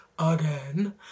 again